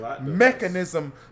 mechanism